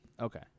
Okay